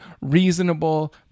reasonable